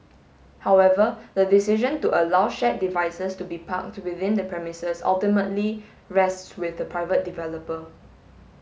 however the decision to allow shared devices to be parked within the premises ultimately rests with the private developer